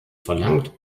verlangt